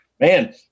man –